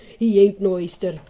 he ain't no oyster.